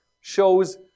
shows